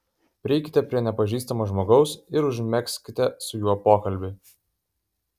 prieikite prie nepažįstamo žmogaus ir užmegzkite su juo pokalbį